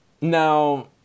Now